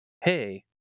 Hey